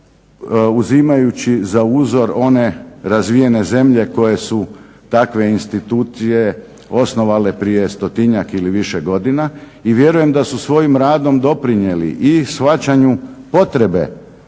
uzimajući za uzor one razvijene zemlje koje su takve institucije osnovale prije stotinjak ili više godina i vjerujem da su svojim radom doprinijeli i shvaćanju potrebe